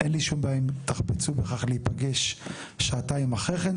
אין לי שום בעיה אם תחפצו בכך להיפגש שעתיים אחרי כן,